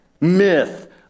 Myth